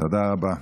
תודה רבה.